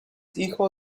hijo